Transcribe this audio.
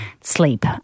sleep